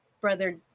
Brother